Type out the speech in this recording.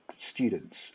students